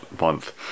month